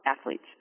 athletes